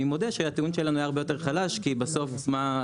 אני מודה שהטיעון שלנו היה הרבה יותר חלש כי בסוף בסדר,